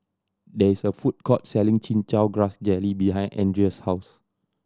there is a food court selling Chin Chow Grass Jelly behind Andreas' house